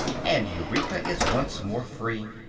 and eureka is once more free.